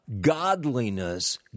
godliness